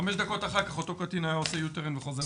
חמש דקות אחר כך אותו קטין היה עושה סיבוב פרסה וחוזר בחזרה.